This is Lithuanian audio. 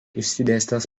išsidėstęs